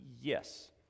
Yes